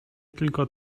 tylko